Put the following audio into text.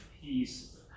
peace